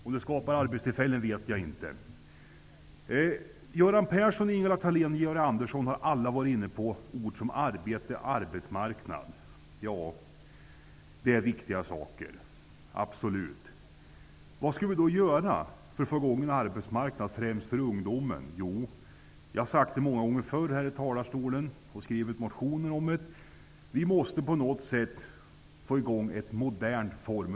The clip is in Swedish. Om det skapar arbetstillfällen känner jag inte till. Andersson har alla varit inne på ord såsom arbete och arbetsmarknad. Det är absolut viktigt med arbete och med en bra arbetsmarknad. Men vad skall vi då göra för att få fart på arbetsmarknaden främst med tanke på ungdomen. Vi måste få i gång en modern form av läringsutbildning i Sverige. Jag har sagt det många gånger förr här i talarstolen.